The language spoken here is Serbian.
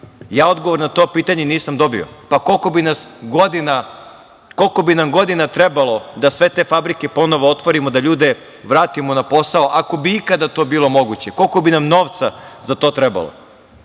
Ja odgovor na to pitanje nisam dobio. Pa, koliko bi nam godina trebalo da sve te fabrike ponovo otvorimo, da ljude vratimo na posao, ako bi ikada to bilo moguće. Koliko bi nam novca za to trebalo. Dakle,